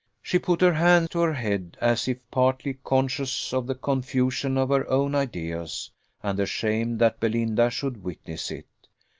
she put her hand to her head, as if partly conscious of the confusion of her own ideas and ashamed that belinda should witness it,